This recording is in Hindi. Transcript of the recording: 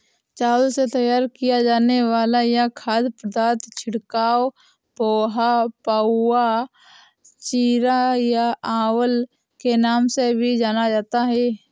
चावल से तैयार किया जाने वाला यह खाद्य पदार्थ चिवड़ा, पोहा, पाउवा, चिरा या अवल के नाम से भी जाना जाता है